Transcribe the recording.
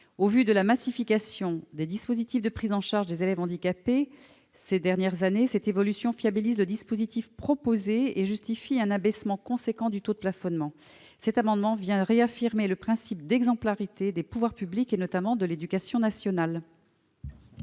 Au regard de la massification des dispositifs de prise en charge des élèves handicapés observée au cours des dernières années, cette évolution fiabilise le mécanisme proposé et justifie un abaissement substantiel du taux de plafonnement. Avec cet amendement, nous réaffirmons donc le principe d'exemplarité des pouvoirs publics, notamment de l'éducation nationale.